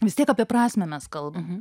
vis tiek apie prasmę mes kalbam